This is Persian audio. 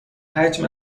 حجم